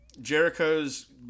Jericho's